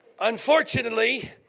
Unfortunately